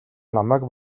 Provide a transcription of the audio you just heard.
намайг